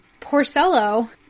Porcello